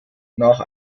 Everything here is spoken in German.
nach